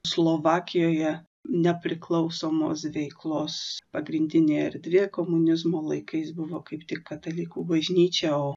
slovakijoje nepriklausomos veiklos pagrindinė erdvė komunizmo laikais buvo kaip tik katalikų bažnyčia o